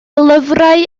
lyfrau